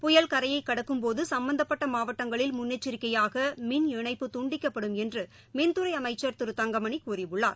புயல் கரையைகடக்கும் போதுசம்பந்தப்பட்டமாவட்டங்களில் முன்னெச்சிக்கையாகமின் இணைப்பு துண்டிக்கப்படும் என்றுமின்துறைஅமைச்சா் திரு தங்கமணிகூறியுள்ளார்